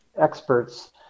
experts